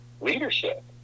leadership